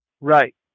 right